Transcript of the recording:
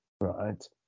Right